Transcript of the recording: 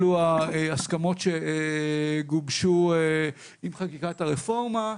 אלו ההסכמות שגובשו עם חקיקת הרפורמה.